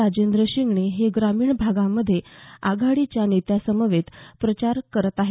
राजेंद्र शिंगणे हे ग्रामीण भागामध्ये आघाडीच्या नेत्यांसमवेत प्रचार करत आहेत